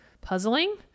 puzzling